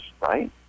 right